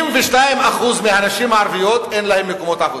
ש-82% מהנשים הערביות, אין להן מקומות עבודה?